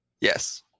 Yes